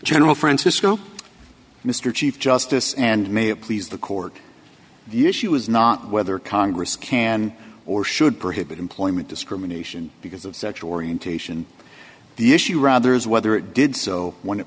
general francisco mr chief justice and may it please the court the issue is not whether congress can or should prohibit employment discrimination because of sexual orientation the issue rather is whether it did so when it